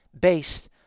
based